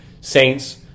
Saints